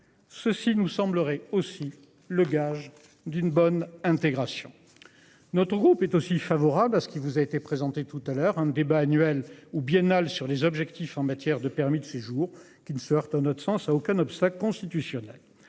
Ceci nous semblerait aussi le gage d'une bonne intégration. Notre groupe est aussi favorable à ce qui vous a été présenté tout à l'heure un débat annuel ou biennal sur les objectifs en matière de permis de séjour qui ne sortent notre sens à aucun obstacle constitutionnel.